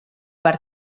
per